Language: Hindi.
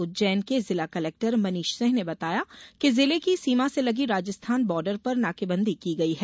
उज्जैन के जिला कलेक्टर मनीष सिंह ने बताया कि जिले की सीमा से लगी राजस्थान बार्डर पर नाकेबंदी की गयी है